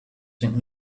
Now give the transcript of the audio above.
sind